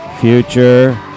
future